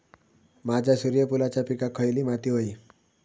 माझ्या सूर्यफुलाच्या पिकाक खयली माती व्हयी?